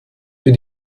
für